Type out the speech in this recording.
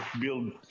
build